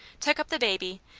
took up the baby,